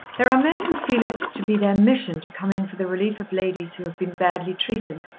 there are men who feel it to be their mission to come in for the relief of ladies who have been badly treated.